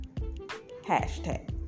Hashtag